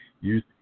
Use